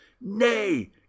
Nay